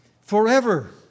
forever